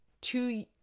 Two